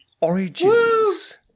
Origins